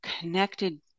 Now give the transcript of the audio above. connected